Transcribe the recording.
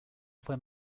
fue